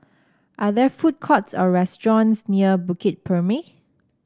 are there food courts or restaurants near Bukit Purmei